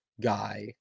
guy